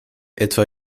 etwa